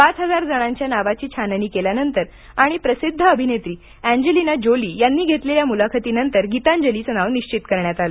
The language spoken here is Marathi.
पाच हजार जणांच्या नावांची छाननी केल्यानंतर आणि प्रसिद्ध अभिनेत्री अँजेलिना जोली यांनी घेतलेल्या मुलाखतीनंतर गीतांजलीचं नावं निश्चित करण्यात आलं